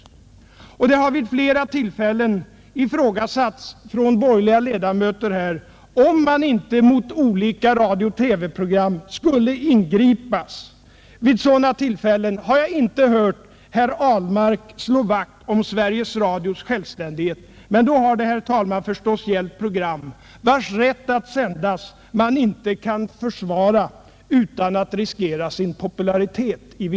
Från borgerliga ledamöter har det vid flera tillfällen ifrågasatts om Ang. viss prisstegringsman inte skulle ingripa mot vissa radiooch TV-program. Vid sådana kompensation inom tillfällen har jag emellertid inte hört herr Ahlmark slå vakt om Sveriges den statliga frivilliga Radios självständighet. Men då har det förstås gällt program, vilkas rätt pensionsförsäkringen att sändas man inte har kunnat försvara utan att riskera sin popularitet i